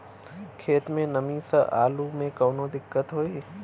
खेत मे नमी स आलू मे कऊनो दिक्कत होई?